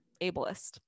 ableist